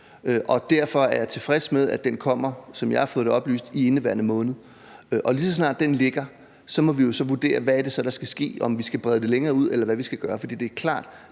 og derfor er jeg tilfreds med, at den kommer, som jeg har fået det oplyst, i indeværende måned. Lige så snart den ligger, må vi jo vurdere, hvad det så er, der skal ske – om vi skal brede det længere ud, eller hvad vi skal gøre. For det er klart,